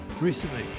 recently